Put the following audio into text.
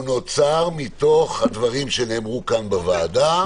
הוא נוצר מתוך הדברים שנאמרו כאן בוועדה.